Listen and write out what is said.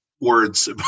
words